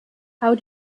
how